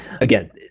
Again